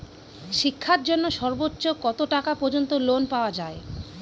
শিক্ষার জন্য সর্বোচ্চ কত টাকা পর্যন্ত লোন পাওয়া য়ায়?